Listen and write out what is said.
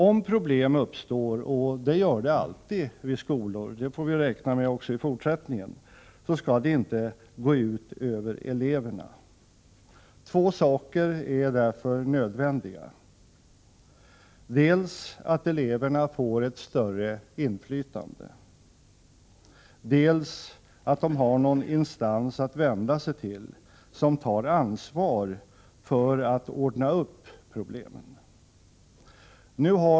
Om problem uppstår — det gör det alltid i skolor, det får vi räkna med också i fortsättningen — skall det inte gå ut över eleverna. Två ting är därför nödvändiga: dels att eleverna får ett större inflytande, dels att de har någon instans att vända sig till som tar ansvar för att ordna upp problemen.